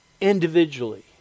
individually